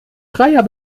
breyer